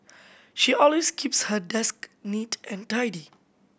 she always keeps her desk neat and tidy